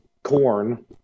corn